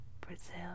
Brazil